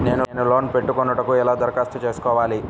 నేను లోన్ పెట్టుకొనుటకు ఎలా దరఖాస్తు చేసుకోవాలి?